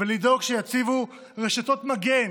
ולדאוג שיציגו רשתות מגן